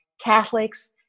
Catholics